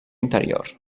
interior